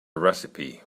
recipe